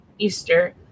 Easter